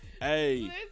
Hey